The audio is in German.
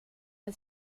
der